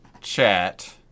chat